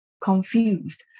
confused